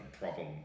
problem